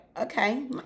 okay